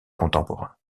contemporain